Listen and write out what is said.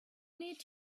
need